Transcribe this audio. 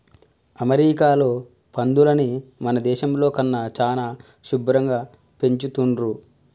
అమెరికాలో పందులని మన దేశంలో కన్నా చానా శుభ్భరంగా పెంచుతున్రు